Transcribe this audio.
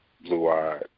blue-eyed